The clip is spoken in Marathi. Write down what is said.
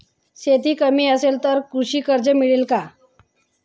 शेती कमी असेल तर कृषी कर्ज मिळेल का?